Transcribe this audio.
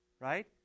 right